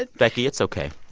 ah becky, it's ok.